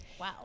Wow